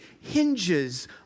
hinges